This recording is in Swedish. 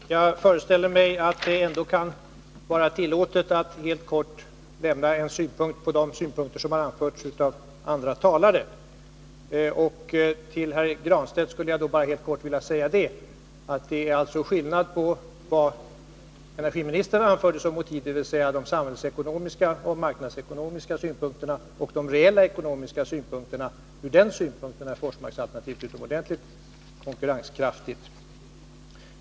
Herr talman! Jag föreställer mig att det ändå kan vara tillåtet att helt kort kommentera de synpunkter som har anförts av andra talare. Till Pär Granstedt skulle jag helt kort vilja säga att det är skillnad på vad energiministern anförde såsom motiv, dvs. de samhällsekonomiska och marknadsekonomiska synpunkterna, och de reella ekonomiska synpunkterna. Ur den synvinkeln är Forsmarksalternativet utomordentligt konkurrenskraftigt.